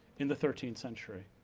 in the thirteenth century.